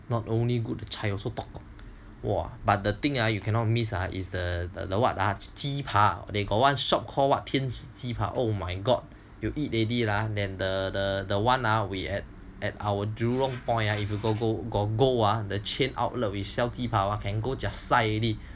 not only good chai also tokgong !wah! but the thing ah you cannot miss ah is the the what ah 鸡扒 they got one shop call 天使鸡扒 oh my god you eat already ah the the one we at our jurong point ah if you got go ah the chain outlet got sell 鸡扒 can go jiak sai already